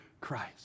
Christ